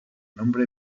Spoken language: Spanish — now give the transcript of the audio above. nombre